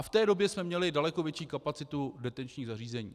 A v té době jsme měli daleko větší kapacitu detenčních zařízení.